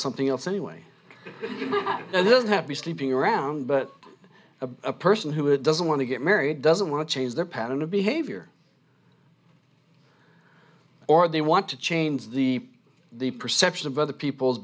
something else anyway that doesn't have me sleeping around but a person who it doesn't want to get married doesn't want to change their pattern of behavior or they want to change the the perception of other people's